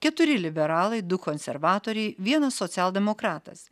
keturi liberalai du konservatoriai vienas socialdemokratas